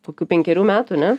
kokių penkerių metų ne